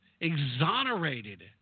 exonerated